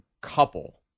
couple